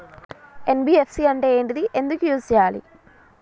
NBFC అంటే ఏంటిది ఎందుకు యూజ్ చేయాలి?